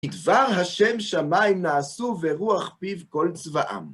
בדבר יהוה שמים נעשו וברוח פיו כל צבאם